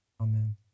Amen